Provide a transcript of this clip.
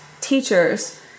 teachers